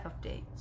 updates